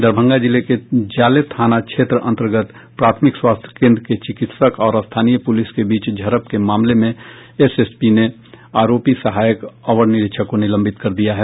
दरभंगा जिले के जाले थाना क्षेत्र अंतर्गत प्राथमिक स्वास्थ्य केंद्र के चिकित्सक और स्थानीय पुलिस के बीच झड़प के मामले में एसएसपी ने आरोपी सहायक अवर निरीक्षक को निलंबित कर दिया है